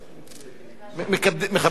מכבדים את הכוונה הטובה.